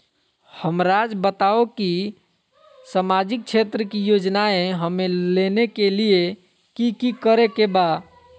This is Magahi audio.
हमराज़ बताओ कि सामाजिक क्षेत्र की योजनाएं हमें लेने के लिए कि कि करे के बा?